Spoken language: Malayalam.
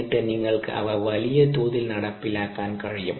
എന്നിട്ട് നിങ്ങൾക്ക് അവ വലിയ തോതിൽ നടപ്പിലാക്കാൻ കഴിയും